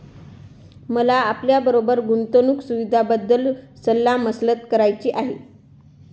मला आपल्याबरोबर गुंतवणुक सुविधांबद्दल सल्ला मसलत करायची आहे